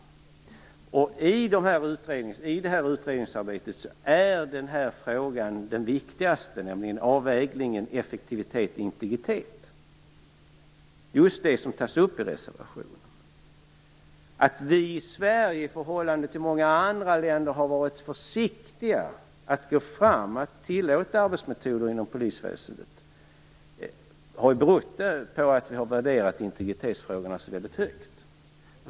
I det här utredningsarbetet är det viktigaste just det som tas upp i reservationen, nämligen avvägningen mellan effektivitet och integritet. Att vi i Sverige, i förhållande till många andra länder, har varit försiktiga att tillåta dessa arbetsmetoder inom polisväsendet har berott på att vi har värderat integritetsfrågorna så högt.